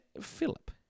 Philip